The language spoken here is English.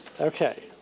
Okay